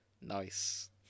nice